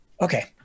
Okay